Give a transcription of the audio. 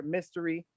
Mystery